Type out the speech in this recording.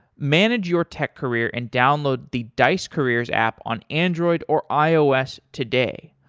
manage your tech career and download the dice careers app on android or ios today.